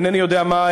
אינני יודע מה.